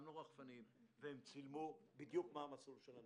שמנו רחפנים והם צילמו בדיוק מה מסלול הנסיעה,